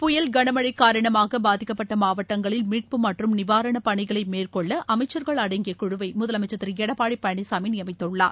புயல் கனமழை காரணமாக பாதிக்கப்பட்ட மாவட்டங்களில் மீட்பு மற்றும் நிவாரணப் பணிகளை மேற்கொள்ள அமைச்சர்கள் அடங்கிய குழுவை முதலமைச்சர் திரு எடப்பாடி பழனிசாமி நியமித்துள்ளார்